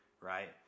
Right